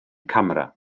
camera